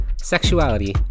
sexuality